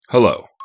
Hello